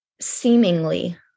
seemingly